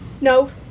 No